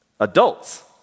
Adults